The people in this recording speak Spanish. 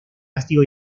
castigo